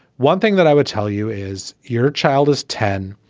one thing that i would tell you is your child is ten.